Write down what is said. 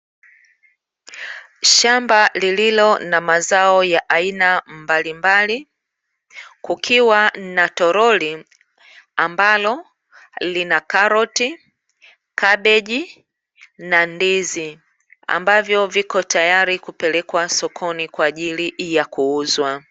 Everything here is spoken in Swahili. Shamba lililo na mazao ya aina mbalimbali, kukiwa na toroli ambalo lina karoti, kabeji, na ndizi, ambavyo viko tayari kupelekwa sokoni kwa ajili ya kuuzwa.